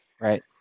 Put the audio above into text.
Right